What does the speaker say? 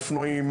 אופנועים,